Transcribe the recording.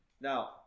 Now